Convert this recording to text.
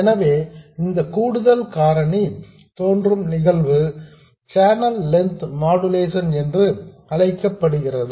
எனவே இந்த கூடுதல் காரணி தோன்றும் நிகழ்வு சேனல் லென்த் மாடுலேஷன் என்று அழைக்கப்படுகிறது